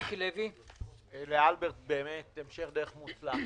לאלברט, המשך דרך מוצלחת.